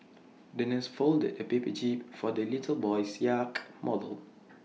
the nurse folded A paper jib for the little boy's yacht model